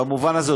במובן הזה,